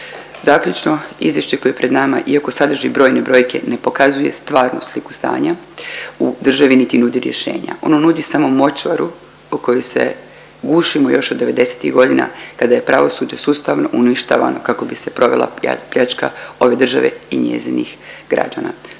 Zaključno, izvješće koje je pred nama iako sadrži brojne brojke ne pokazuje stvarnu sliku stanja u državi, niti nudi rješenja, ono nudi samo močvaru u kojoj se gušimo još od '90.-tih godina kada je pravosuđe sustavno uništavano kako bi se provela pljačka ove države i njezinih građana,